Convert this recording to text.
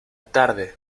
tarde